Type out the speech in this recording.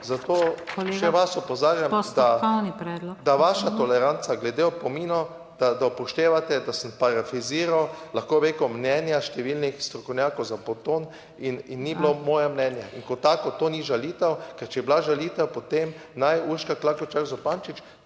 SDS):** ..., da vaša toleranca glede opominov, da upoštevate, da sem parafraziral, lahko bi rekel mnenja številnih strokovnjakov za bonton in ni bilo moje mnenje, in kot tako to ni žalitev, ker če je bila žalitev, potem naj Urška Klakočar Zupančič